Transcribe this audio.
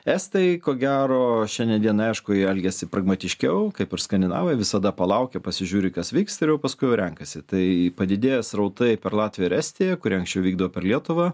estai ko gero šiandien dienai aišku jie elgiasi pragmatiškiau kaip ir skandinavai visada palaukia pasižiūri kas vyks ir jau paskui jau renkasi tai padidėję srautai per latviją ir estiją kurie anksčiau vykdavo per lietuvą